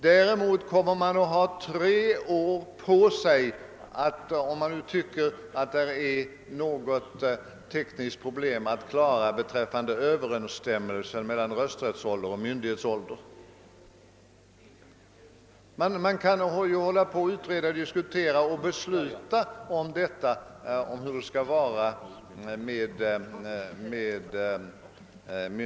Därför kommer man att ha tre år på sig — om man menar att det finns något tekniskt problem att lösa för att uppnå överensstämmelse mellan rösträttsålder och myndighetsålder — att utreda, diskutera och besluta om lösningen av detta problem.